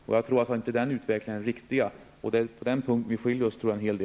Det har enligt min mening inte varit en riktig utveckling. På den punkten har vi skiljaktiga uppfattningar.